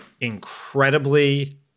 incredibly